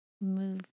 move